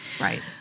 Right